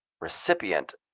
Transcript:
recipient